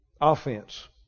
offense